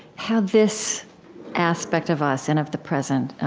how this aspect of us and of the present,